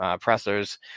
pressers